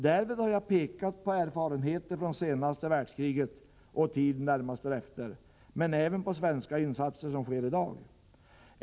Därvid har jag pekat på erfarenheter från senaste världskriget och tiden närmast därefter men även på de svenska insatser som görs i dag.